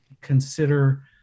consider